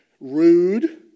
rude